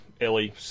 Ellie